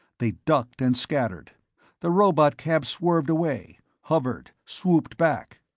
they ducked and scattered the robotcab swerved away, hovered, swooped back.